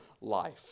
life